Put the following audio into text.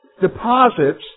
deposits